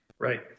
Right